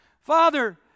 Father